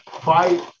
fight